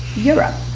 europe.